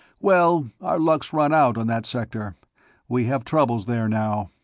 well, our luck's run out, on that sector we have troubles there, now.